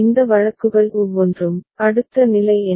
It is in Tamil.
இந்த வழக்குகள் ஒவ்வொன்றும் அடுத்த நிலை என்ன